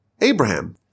Abraham